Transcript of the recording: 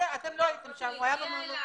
אתם לא הייתם שם --- הוא הגיע אליי.